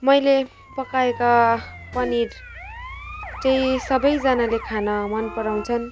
मैले पकाएका पनिर चाहिँ सबैजनाले खान मन पराउँछन्